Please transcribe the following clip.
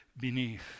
beneath